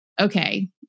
okay